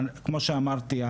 כמו שאמרתי,